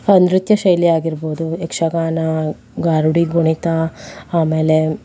ನೃತ್ಯ ಶೈಲಿ ಆಗಿರ್ಬೋದು ಯಕ್ಷಗಾನ ಗಾರುಡಿ ಕುಣಿತ ಆಮೇಲೆ